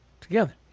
Together